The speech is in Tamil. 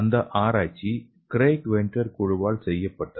இந்த ஆராய்ச்சி கிரேக் வென்டர் குழுவால் செய்யப்பட்டது